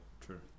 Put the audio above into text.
true